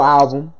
album